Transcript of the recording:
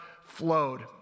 flowed